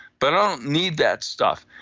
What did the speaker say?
but i don't need that stuff.